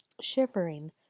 shivering